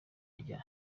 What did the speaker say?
rya